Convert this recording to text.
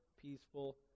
peaceful